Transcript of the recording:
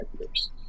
years